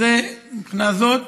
אז זה מבחינה זו.